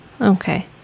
Okay